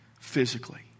physically